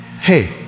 hey